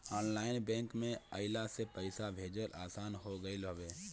online bank के अइला से पईसा भेजल आसान हो गईल हवे